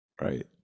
right